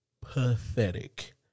pathetic